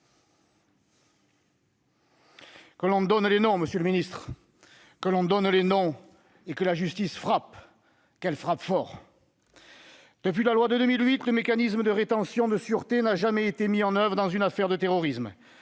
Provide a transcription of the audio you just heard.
Que l'on donne les noms, monsieur le ministre, que l'on donne les noms et que la justice frappe, qu'elle frappe fort ! Depuis la loi de 2008, le mécanisme de rétention de sûreté n'a jamais été mis en oeuvre dans une affaire de terrorisme.